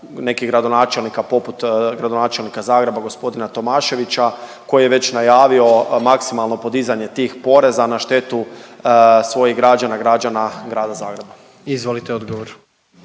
nekih gradonačelnika poput gradonačelnika Zagreb gospodina Tomaševića koji je već najavio maksimalno podizanje tih poreza na štetu svojih građana, građana Grada Zagreba. **Jandroković,